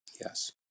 Yes